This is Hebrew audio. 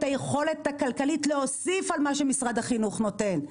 היכולת הכלכלית להוסיף על מה שמשרד החינוך נותן.